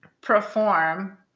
perform